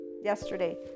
Yesterday